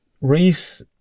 Reese